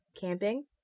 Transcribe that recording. camping